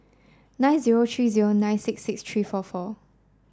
nine zero three zero nine six six three four four